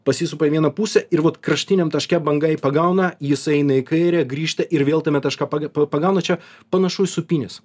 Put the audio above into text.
pasisupa į vieną pusę ir vot kraštiniam taške banga jį pagauna jis eina į kairę grįžta ir vėl tame taška pag pagauna čia panašu į sūpynes